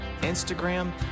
Instagram